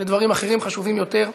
לדברים אחרים, חשובים יותר.